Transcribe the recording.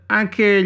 anche